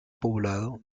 poblado